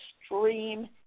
extreme